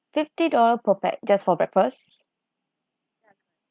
fifty dollar perfect just for breakfast